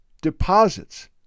deposits